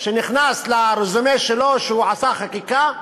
שנכנס לרזומה שלו, והוא עשה חקיקה,